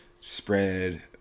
spread